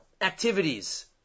activities